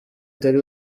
utari